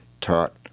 taught